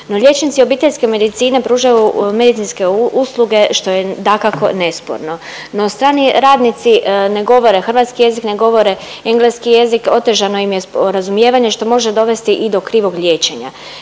liječnici obiteljske medicine pružaju medicinske usluge što je dakako nesporno, no stranici ne govore hrvatski jezik ne govore engleski jezik, otežano im je sporazumijevanje što može dovesti i do krivog liječenja.